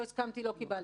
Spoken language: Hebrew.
לא הסכמתי לא קיבלתי,